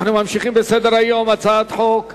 אנחנו ממשיכים בסדר-היום: הצעת חוק פ/127,